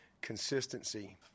consistency